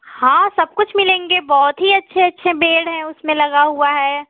हाँ सब कुछ मिलेंगे बहुत ही अच्छे अच्छे बेड हैं उसमें लगा हुआ है